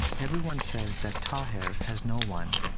everyone says that taher has no one.